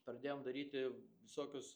pradėjom daryti visokius